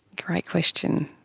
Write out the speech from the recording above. great question.